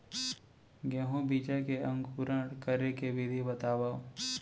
गेहूँ बीजा के अंकुरण करे के विधि बतावव?